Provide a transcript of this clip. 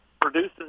produces